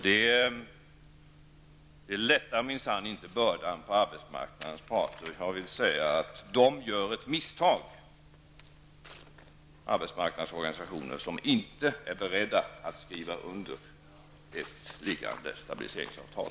Detta lättar minsann inte bördan för arbetsmarknadens parter. Arbetsmarknadens organisationer gör ett misstag när de inte är beredda att skriva under ett stabiliseringsavtal.